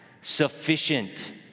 sufficient